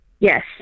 Yes